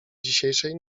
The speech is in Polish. dzisiejszej